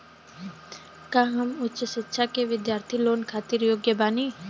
का हम उच्च शिक्षा के बिद्यार्थी लोन खातिर योग्य बानी?